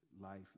life